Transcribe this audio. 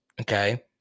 Okay